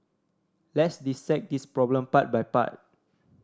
let's dissect this problem part by part